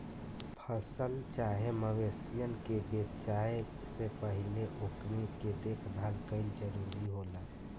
फसल चाहे मवेशियन के बेचाये से पहिले ओकनी के देखभाल कईल जरूरी होला